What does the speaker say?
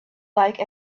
like